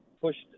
pushed